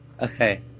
Okay